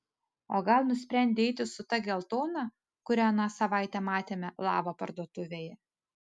o gal nusprendei eiti su ta geltona kurią aną savaitę matėme lava parduotuvėje